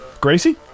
Gracie